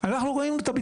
כידוע,